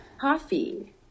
coffee